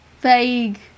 vague